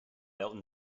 elton